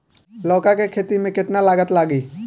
लौका के खेती में केतना लागत लागी?